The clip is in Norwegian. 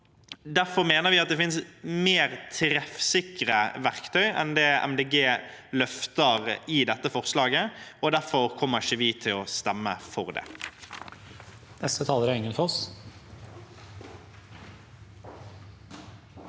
Derfor mener vi at det finnes mer treffsikre verktøy enn det Miljøpartiet De Grønne løfter fram i dette forslaget, og derfor kommer ikke vi til å stemme for det.